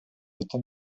этом